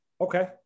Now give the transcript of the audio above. Okay